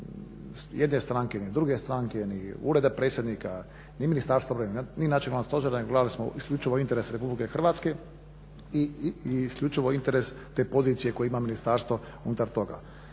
nijedne stranke, ni druge stranke, ni ureda predsjednika, ni Ministarstva obrane ni načelno stožera nego smo gledali isključivo u interesu RH i isključivo interes te pozicije koje ima ministarstvo unutar toga.